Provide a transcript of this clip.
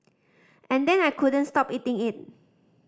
and then I couldn't stop eating it